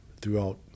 throughout